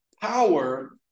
power